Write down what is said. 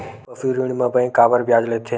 पशु ऋण म बैंक काबर ब्याज लेथे?